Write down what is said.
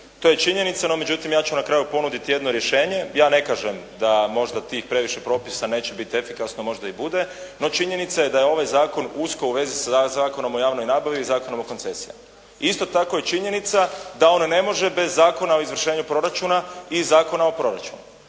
to je činjenica. No, međutim ja ću na kraju ponuditi jedno rješenje, ja ne kažem da možda tih previše propisa neće biti efikasno, možda i bude, no činjenica je da je ovaj zakon usko u vezi sa Zakonom o javnoj nabavi i Zakonom o koncesijama. Isto tako je činjenica da on ne može bez Zakona o izvršenju proračuna i Zakona o proračunu.